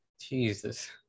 Jesus